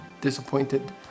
disappointed